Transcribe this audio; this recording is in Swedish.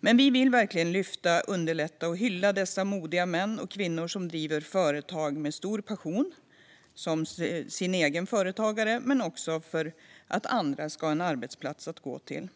Vi vill verkligen lyfta fram, underlätta för och hylla dessa modiga män och kvinnor som driver företag med stor passion, för sig själva men också för att andra ska ha en arbetsplats att gå till.